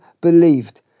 believed